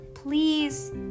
please